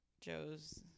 Joe's